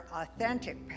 authentic